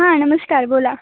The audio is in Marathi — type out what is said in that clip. हां नमस्कार बोला